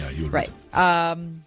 Right